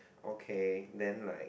okay then like